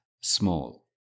small